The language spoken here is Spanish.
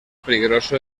peligroso